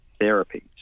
therapies